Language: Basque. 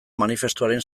manifestuaren